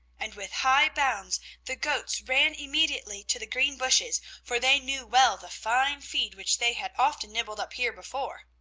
and with high bounds the goats ran immediately to the green bushes, for they knew well the fine feed which they had often nibbled up here before.